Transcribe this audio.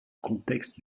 contexte